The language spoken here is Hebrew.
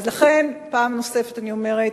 לכן פעם נוספת אני אומרת: